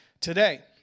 today